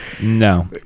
No